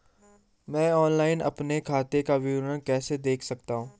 मैं ऑनलाइन अपने खाते का विवरण कैसे देख सकता हूँ?